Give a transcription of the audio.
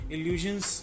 Illusions